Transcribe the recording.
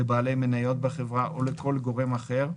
לבעלי מניות בחברה או לכל גורם אחר,